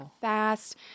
fast